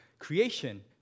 Creation